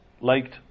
liked